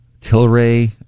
Tilray